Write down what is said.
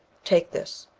take this,